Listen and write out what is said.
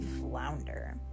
flounder